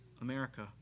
America